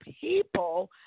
people